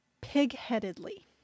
pig-headedly